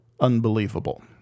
Unbelievable